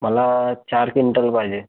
मला चार क्विंटल पाहिजे